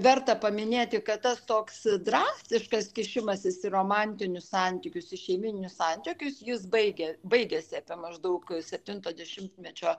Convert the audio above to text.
verta paminėti kad tas toks drastiškas kišimasis į romantinius santykius į šeimyninius santykius jis baigė baigėsi apie maždaug septinto dešimtmečio